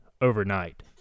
overnight